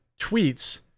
tweets